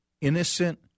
innocent